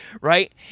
Right